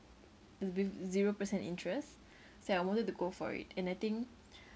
with zero percent interest say I wanted to go for it and I think